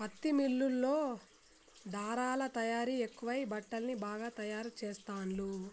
పత్తి మిల్లుల్లో ధారలా తయారీ ఎక్కువై బట్టల్ని బాగా తాయారు చెస్తాండ్లు